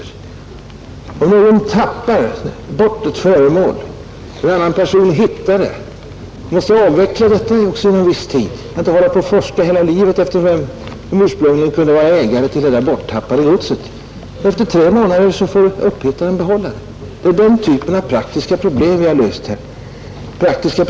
Ett exempel: Om någon tappar bort ett föremål och en annan person hittar det måste även här ovissheten om vem som skall få behålla föremålet lösas inom en viss tid. Man kan inte hålla på att forska hela livet för att få veta vem som ursprungligen kunde vara ägare till det borttappade godset. Efter tre månader får upphittaren behålla det. Det är den typ av praktiska problem vi här har löst.